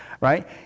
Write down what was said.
right